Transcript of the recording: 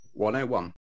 101